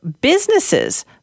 businesses